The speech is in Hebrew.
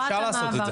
אפשר לעשות את זה.